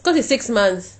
cause it's six months